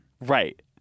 Right